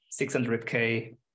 600K